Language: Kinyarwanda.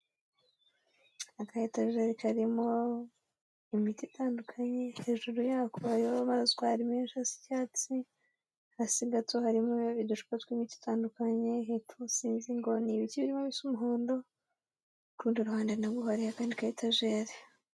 Akayetageri karimo imiti itandukanye, hejuru yako hariho amarozwari menshi asa icyatsi, hasi gato harimo uducupa tw'imiti itandukanye, hepfo sinzi ngo ni ibiki birimo bisa umuhondo, ku rundi ruhande na rwo hariho akandi kayetajeri.